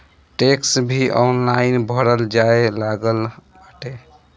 tax भी online भरल जाए लागल बाटे